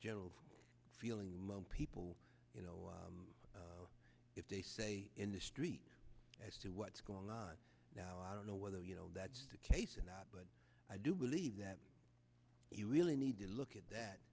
general feeling most people you know if they say in the street as to what's going on now i don't know whether you know that's the case in that but i do believe that you really need to look at that